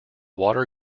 water